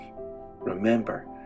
remember